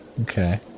Okay